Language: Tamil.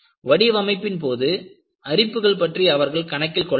வடிவமைப்பின் போது அரிப்பு பற்றி அவர்கள் கணக்கில் கொள்ளவில்லை